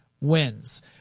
wins